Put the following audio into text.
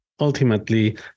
Ultimately